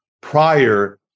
prior